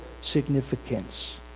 significance